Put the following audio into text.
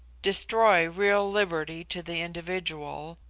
destroy real liberty to the individual,